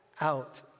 out